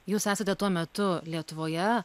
jūs esate tuo metu lietuvoje